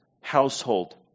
household